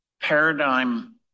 paradigm